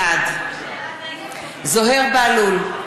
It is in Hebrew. בעד זוהיר בהלול,